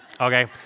okay